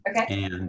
Okay